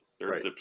Right